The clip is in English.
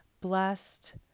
blessed